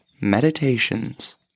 Meditations